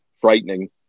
frightening